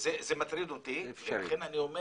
זה מטריד אותי, ולכן אני אומר